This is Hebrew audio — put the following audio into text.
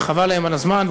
וחבל להם על הזמן,